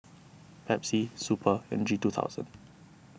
Pepsi Super and G two thousand